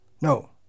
No